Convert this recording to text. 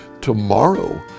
Tomorrow